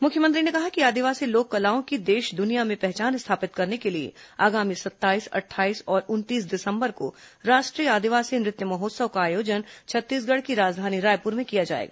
मुख्यमंत्री ने कहा कि आदिवासी लोक कलाओं की देश दुनिया में पहचान स्थापित करने के लिए आगामी सत्ताईस अट्ठाईस और उनतीस दिसंबर को राष्ट्रीय आदिवासी नृत्य महोत्सव का आयोजन राजधानी रायपुर में किया जाएगा